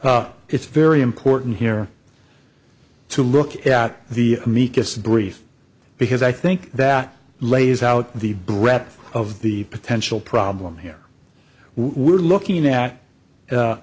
that it's very important here to look at the amicus brief because i think that lays out the breadth of the potential problem here we're looking at